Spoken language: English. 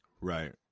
right